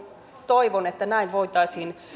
toivon että näin voitaisiin